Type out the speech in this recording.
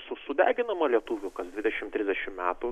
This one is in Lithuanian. su sudeginama lietuvių kas dvidešimt trisdešimt metų